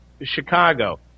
Chicago